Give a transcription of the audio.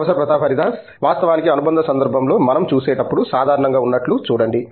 professor Pratap Haridas వాస్తవానికి అనుబంధ సందర్భంలో మనం చూసేటప్పుడు సాధారణంగా ఉన్నట్లు చూడండి